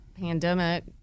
pandemic